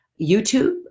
YouTube